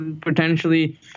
potentially